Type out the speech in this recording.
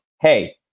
Hey